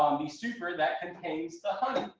um the super that contains the honey.